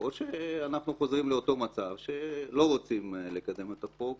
או שאנחנו חוזרים לאותו מצב שלא רוצים לקדם את החוק,